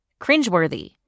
cringeworthy